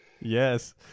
Yes